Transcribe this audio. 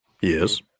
Yes